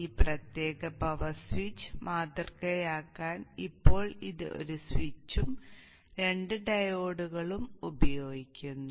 ഈ പ്രത്യേക power switch മാതൃകയാക്കാൻ ഇപ്പോൾ ഇത് ഒരു സ്വിച്ചും 2 ഡയോഡുകളും ഉപയോഗിക്കുന്നു